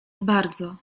bardzo